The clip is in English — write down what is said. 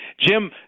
Jim